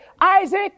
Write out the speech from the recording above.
Isaac